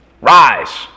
Rise